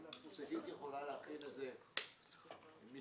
שגית יכולה להכין מסמך.